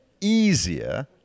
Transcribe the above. easier